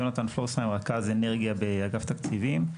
יונתן פלורסהיים, רכז אנרגיה באגף תקציבים.